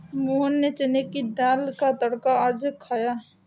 मोहन ने चने की दाल का तड़का आज खाया था